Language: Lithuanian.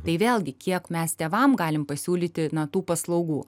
tai vėlgi kiek mes tėvam galim pasiūlyti ną tų paslaugų